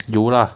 有啦